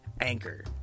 Anchor